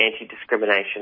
Anti-Discrimination